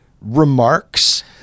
remarks